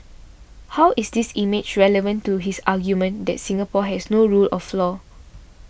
how is this image relevant to his argument that Singapore has no rule of law